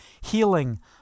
healing